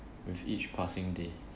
with each passing day